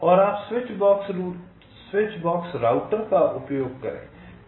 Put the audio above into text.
और आप बस स्विच बॉक्स राउटर का उपयोग करें